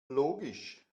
logisch